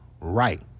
right